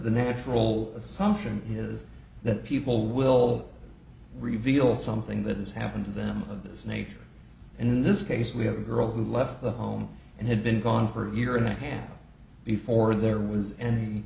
the natural assumption is that people will reveal something that has happened to them of this nature and in this case we have a girl who left the home and had been gone for a year and a handle before there was any